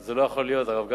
זה לא יכול להיות, הרב גפני.